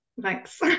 Thanks